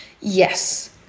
Yes